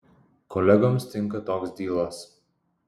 kolegoms tinka toks dylas